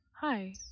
hi